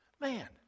man